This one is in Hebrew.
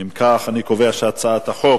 אם כך, אני קובע שהצעת החוק